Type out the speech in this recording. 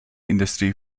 industry